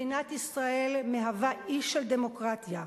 מדינת ישראל מהווה אי של דמוקרטיה,